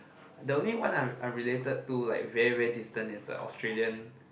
the only one I I related to like very very distance is a Australian